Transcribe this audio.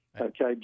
Okay